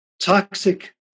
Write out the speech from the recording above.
toxic